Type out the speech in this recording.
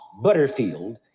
Butterfield